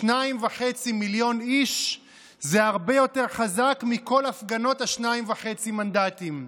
שניים וחצי מיליון איש זה הרבה יותר חזק מכל הפגנות השניים וחצי מנדטים.